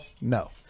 no